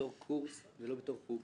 בתור קורס ולא בתור חוג.